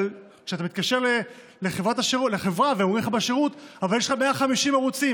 אבל כשאתה מתקשר לחברה ואומרים לך בשירות: אבל יש לך 150 ערוצים,